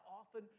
often